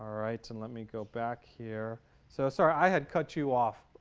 rights and let me go back here so sorry i had cut you off